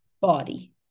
body